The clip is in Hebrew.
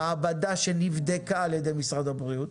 מעבדה שנבדקה על ידי משרד הבריאות